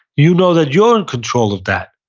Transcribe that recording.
you know that you're in control of that.